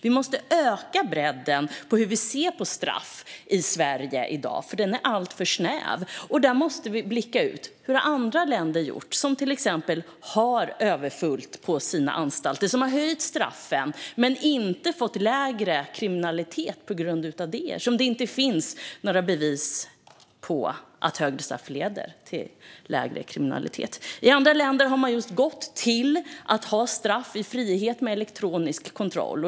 Vi måste öka bredden i hur vi ser på straff i Sverige i dag, för synen är alltför snäv. Vi måste blicka ut och se hur man har gjort i andra länder som till exempel har överfullt på sina anstalter och som har höjt straffen men inte fått lägre kriminalitet med anledning av detta eftersom det inte finns några bevis för att högre straff leder till lägre kriminalitet. I andra länder har man gått till att ha straff i frihet med elektronisk kontroll.